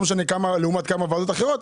לא משנה לעומת כמה ועדות אחרות.